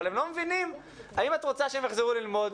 אבל הם לא מבינים האם את רוצה שהם יחזרו ללמוד,